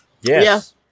Yes